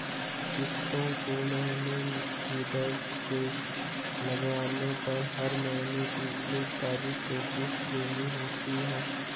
किस्तों को महीने की दर से लगवाने पर हर महीने की एक तारीख को किस्त देनी होती है